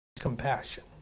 Compassion